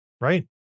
right